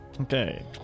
Okay